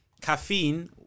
caffeine